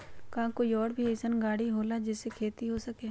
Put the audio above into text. का कोई और भी अइसन और गाड़ी होला जे से खेती हो सके?